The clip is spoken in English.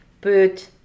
put